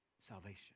salvation